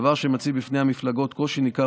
דבר שמציב בפני המפלגות קושי ניכר